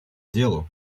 делу